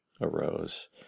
arose